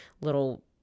little